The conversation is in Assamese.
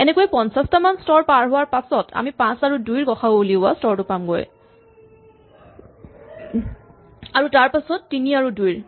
এনেকৈয়ে ৫০ টা মান স্তৰ পাৰ হোৱাৰ পাছত আমি ৫ আৰু ২ ৰ গ সা উ উলিওৱা স্তৰটো পামগৈ আৰু তাৰপাছত ৩ আৰু ২ ৰ